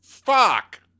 Fuck